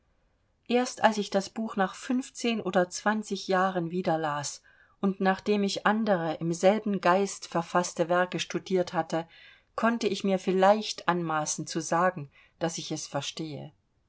erst als ich das buch nach fünfzehn oder zwanzig jahren wieder las und nachdem ich andere im selben geist verfaßte werke studiert hatte konnte ich mir vielleicht anmaßen zu sagen daß ich es verstehe